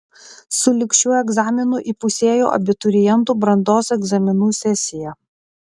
su lig šiuo egzaminu įpusėjo abiturientų brandos egzaminų sesija